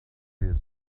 his